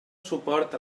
suport